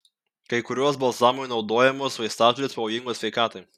kai kurios balzamui naudojamos vaistažolės pavojingos sveikatai